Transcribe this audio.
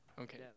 Okay